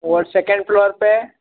दो second floor पर